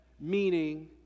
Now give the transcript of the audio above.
meaning